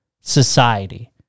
society